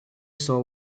saw